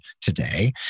today